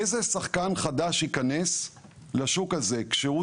איזה שחקן חדש ייכנס לשוק הזה כשהוא